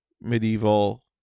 medieval